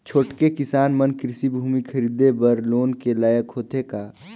छोटके किसान मन कृषि भूमि खरीदे बर लोन के लायक होथे का?